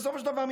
בסופו של דבר,